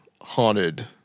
haunted